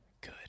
Good